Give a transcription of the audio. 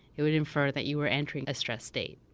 it would infer that you were entering a stressed state.